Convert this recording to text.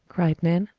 cried nan,